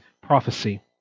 prophecy